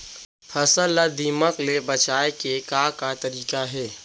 फसल ला दीमक ले बचाये के का का तरीका हे?